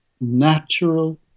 natural